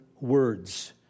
words